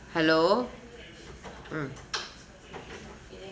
hello mm